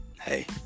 hey